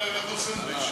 אני הולך לאכול סנדוויץ'.